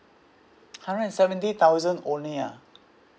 hundred and seventy thousand only ah